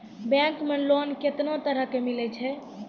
Bank मे loan कैतना तरह के मिलै छै?